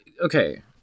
okay